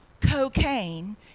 cocaine